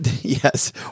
Yes